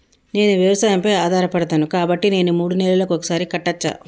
నేను వ్యవసాయం పై ఆధారపడతాను కాబట్టి నేను మూడు నెలలకు ఒక్కసారి కట్టచ్చా?